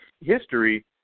history